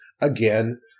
again